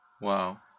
wow